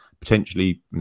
potentially